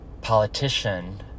politician